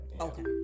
okay